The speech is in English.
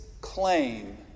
claim